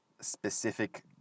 specific